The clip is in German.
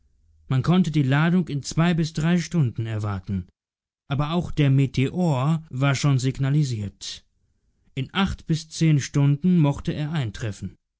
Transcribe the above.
man konnte die landung in zwei bis drei stunden erwarten aber auch der meteor war schon signalisiert in acht bis zehn stunden mochte er eintreffen